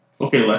Okay